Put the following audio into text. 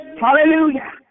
Hallelujah